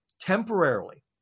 temporarily